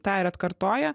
tą ir atkartoja